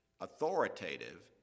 authoritative